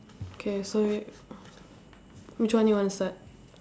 K so which one you want to start